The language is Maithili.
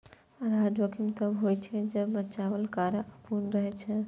आधार जोखिम तब होइ छै, जब बचाव कार्य अपूर्ण रहै छै